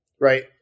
right